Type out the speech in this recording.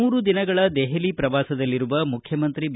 ಮೂರು ದಿನಗಳ ದೆಹಲಿ ಪ್ರವಾಸದಲ್ಲಿರುವ ಮುಖ್ಯಮಂತ್ರಿ ಬಿ